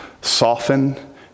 soften